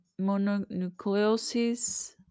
mononucleosis